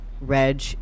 Reg